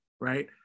right